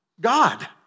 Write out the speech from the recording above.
God